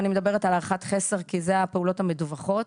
אני מדברת על הערכת חסר כי אלה הפעולות המדווחות.